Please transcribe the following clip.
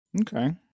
Okay